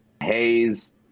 Hayes